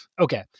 Okay